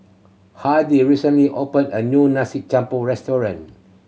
Hardie recently opened a new nasi restaurant